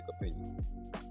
opinion